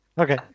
Okay